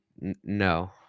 no